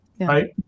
right